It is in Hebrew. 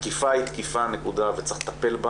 התקיפה היא תקיפה נקודה וצריך לטפל בה